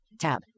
Tab